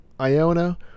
Iona